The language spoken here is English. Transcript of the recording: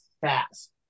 fast